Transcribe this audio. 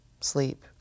sleep